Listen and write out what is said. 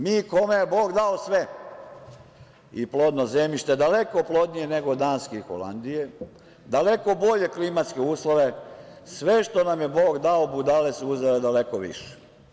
Mi, kome je Bog dao sve, i plodno zemljište, daleko plodnije nego od Danske i Holandije, daleko bolje klimatske uslove, sve što nam je Bog dao budale su uzele daleko više.